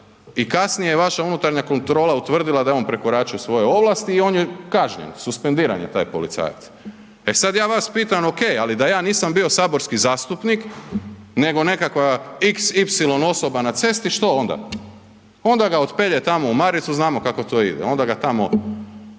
i kasnije je vaša unutarnja kontrola utvrdila da je on prekoračio svoje ovlasti i on je kažnjen, suspendiran je taj policajac. E sad ja vas pitam ok, ali da ja nisam bio saborski zastupnik nego nekakva xy osoba na cesti, što onda? Onda ga otpeljaj tamo u maricu, znamo kako to ide, onda ga tamo